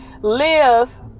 live